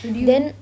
did you